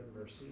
mercy